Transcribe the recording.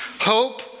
Hope